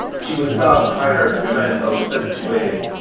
she was higher um and so savage ways,